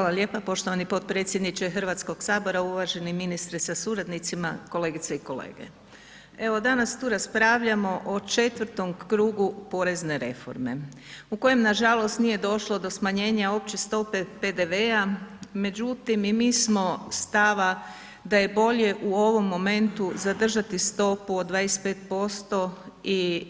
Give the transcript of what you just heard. Hvala lijepa poštovani potpredsjedniče HS, uvaženi ministre sa suradnicima, kolegice i kolege, evo danas tu raspravljamo o 4 krugu porezne reforme u kojem nažalost nije došlo do smanjenja opće stope PDV-a, međutim i mi smo stava da je bolje u ovom momentu zadržati stopu od 25% i